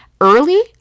early